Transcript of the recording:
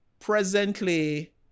Presently